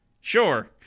sure